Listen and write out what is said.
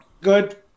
good